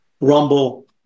Rumble